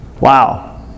Wow